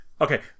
okay